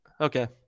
Okay